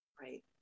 right